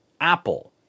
Apple